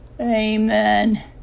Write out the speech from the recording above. Amen